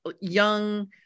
young